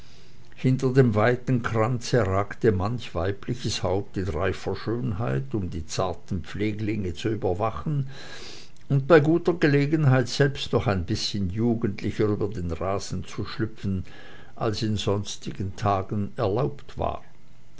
hinter dem weiten kranze ragte manch weibliches haupt in reifer schönheit um die zarten pflänzlinge zu überwachen und bei guter gelegenheit selbst noch ein bißchen jugendlicher über den rasen zu schlüpfen als in sonstigen tagen erlaubt war